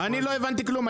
אני לא הבנתי כלום,